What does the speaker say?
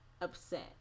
upset